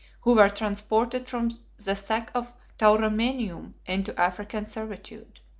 who were transported from the sack of tauromenium into african servitude.